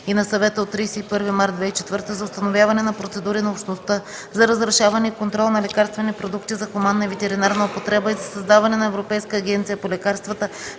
и на Съвета от 31 март 2004 г. за установяване на процедури на Общността за разрешаване и контрол на лекарствени продукти за хуманна и ветеринарна употреба и за създаване на Европейска агенция по лекарствата,